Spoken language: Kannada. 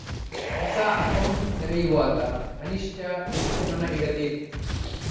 ಹೊಸ ಅಕೌಂಟ್ ತೆರೆಯುವಾಗ ಕನಿಷ್ಠ ಎಷ್ಟು ಹಣ ಇಡಬೇಕು?